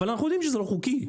אבל אנחנו יודעים שזה לא חוקי.